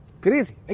Crazy